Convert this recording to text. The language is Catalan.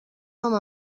home